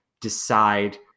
decide